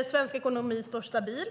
och "svensk ekonomi står stabil".